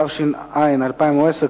התש"ע 2010,